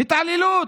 התעללות.